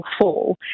fall